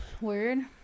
Weird